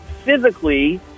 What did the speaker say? Physically